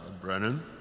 Brennan